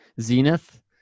Zenith